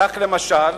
כך, למשל,